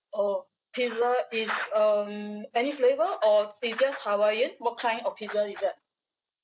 orh pizza is um any flavour or is just hawaiian what kind of pizza is that